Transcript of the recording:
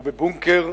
הוא בבונקר,